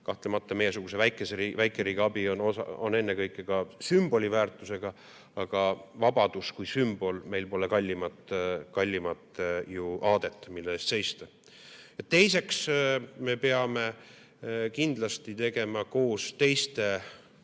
Kahtlemata meiesuguse väikeriigi abi on ennekõike ka sümboli väärtusega, aga vabadus kui sümbol – meil pole ju kallimat aadet, mille eest seista. Me peame kindlasti tegema koos teiste NATO